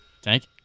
Tank